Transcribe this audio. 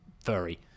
Furry